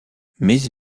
mais